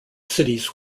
cities